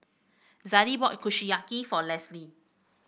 Zadie bought Kushiyaki for Lesley